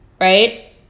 right